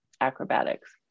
acrobatics